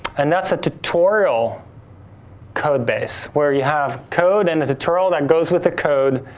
and that's a tutorial code base, where you have code, and a tutorial that goes with the code.